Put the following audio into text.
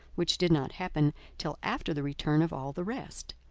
which did not happen till after the return of all the rest.